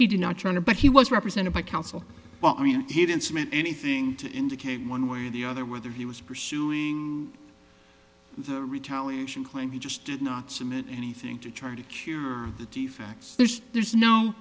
he did not try to but he was represented by counsel well i mean he didn't mean anything to indicate one way or the other whether he was pursuing the retaliation claim he just did not submit anything to try to cure the defects there's